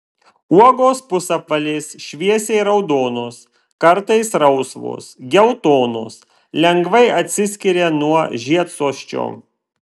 uogos pusapvalės šviesiai raudonos kartais rausvos geltonos lengvai atsiskiria nuo žiedsosčio